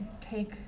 take